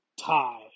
tie